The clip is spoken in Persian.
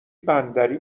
بندری